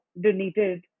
donated